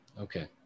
Okay